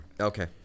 Okay